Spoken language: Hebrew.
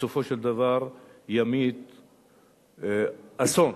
ימיט אסון,